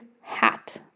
hat